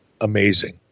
Amazing